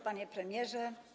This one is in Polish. Panie Premierze!